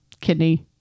kidney